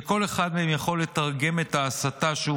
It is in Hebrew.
וכל אחד מהם יכול לתרגם את ההסתה שהוא